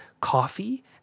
coffee